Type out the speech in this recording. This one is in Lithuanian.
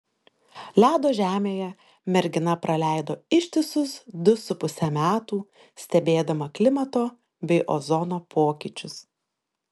ledo žemėje mergina praleido ištisus du su puse metų stebėdama klimato bei ozono pokyčius